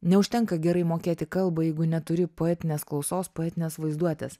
neužtenka gerai mokėti kalbą jeigu neturi poetinės klausos poetinės vaizduotės